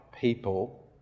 people